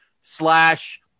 slash